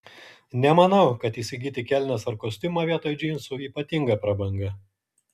nemanau kad įsigyti kelnes ar kostiumą vietoj džinsų ypatinga prabanga